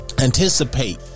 anticipate